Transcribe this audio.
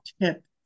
tip